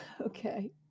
okay